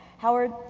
howard,